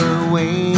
away